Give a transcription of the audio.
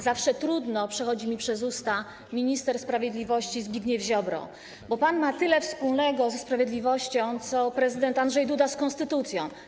Zawsze trudno przechodzi mi to przez usta: minister sprawiedliwości Zbigniew Ziobro, bo pan ma tyle wspólnego ze sprawiedliwością, co prezydent Andrzej Duda z konstytucją.